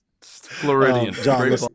floridian